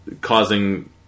causing